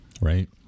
right